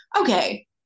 okay